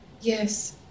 Yes